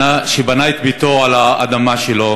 שבנה את ביתו על האדמה שלו